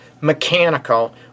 mechanical